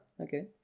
okay